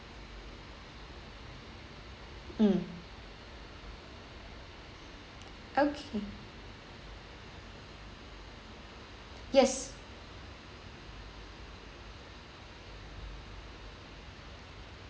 mm okay yes